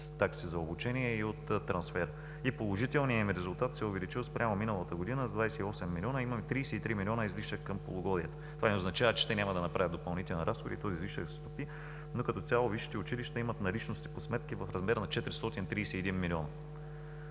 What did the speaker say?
такси за обучение и от трансфер. Положителният им резултат се е увеличил спрямо миналата година с 28 милиона и имаме 33 милиона излишък към полугодието. Това не означава, че те няма да направят допълнителни разходи, този излишък ще се стопи, но като цяло висшите училища имат наличности по сметки в размер на 431 милиона.